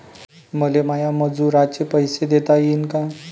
मले माया मजुराचे पैसे देता येईन का?